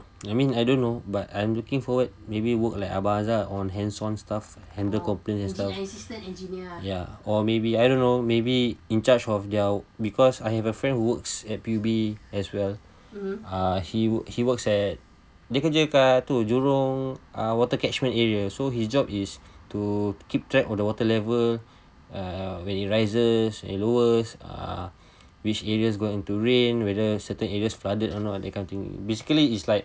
I mean I don't know but I'm looking forward maybe work like abang azhar on hands on stuff on the component and stuff ya or maybe I dunno maybe in charge of there because I have a friend who works at P_U_B as well ah he he works at dia kerja kat jurong uh water catchment area so his job is to keep track of the water level uh when it rises when it lowers err which areas going into rain whether certain areas flooded or not that kind of thing basically it's like